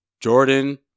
Jordan